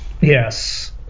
yes